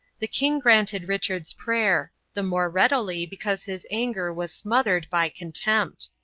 the king granted richard's prayer, the more readily because his anger was smothered by contempt.